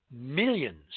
millions